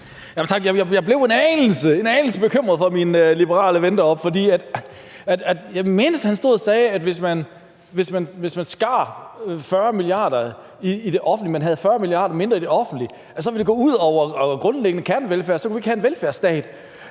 en anelse – en anelse – bekymret for min liberale ven deroppe, for jeg mindes, han stod og sagde, at hvis man skar 40 mia. kr. i det offentlige, altså, at man havde 40 mia. kr. mindre i det offentlige, ville det gå ud over grundliggende kernevelfærd, og så kunne vi ikke have en velfærdsstat.